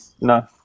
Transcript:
No